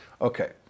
Okay